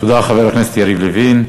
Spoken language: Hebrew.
תודה, חבר הכנסת יריב לוין.